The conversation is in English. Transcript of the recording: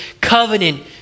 covenant